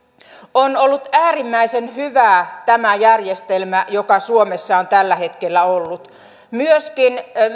on ollut äärimmäisen hyvä tämä järjestelmä joka suomessa on tällä hetkellä ollut myöskin